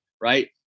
right